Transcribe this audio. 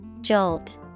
Jolt